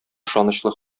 ышанычлы